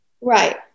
Right